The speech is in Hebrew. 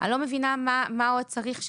כי זה לא המצב הקיים.